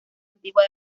antigua